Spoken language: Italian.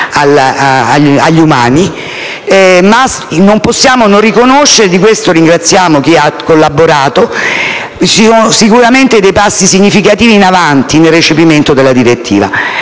agli umani), ma non possiamo non riconoscere, e di questo ringraziamo chi ha collaborato, dei significativi passi avanti nel recepimento della direttiva.